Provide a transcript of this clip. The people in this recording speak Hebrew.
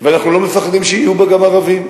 ואנחנו לא מפחדים שיהיו בה גם ערבים,